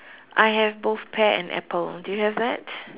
I have both pear and apple do you have that